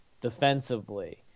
defensively